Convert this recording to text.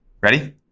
Ready